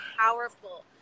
powerful